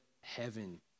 heaven